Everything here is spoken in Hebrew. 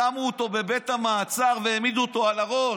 שמו אותו בבית המעצר והעמידו אותו על הראש,